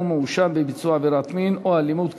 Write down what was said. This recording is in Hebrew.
מואשם בביצוע עבירת מין או אלימות כלפיו),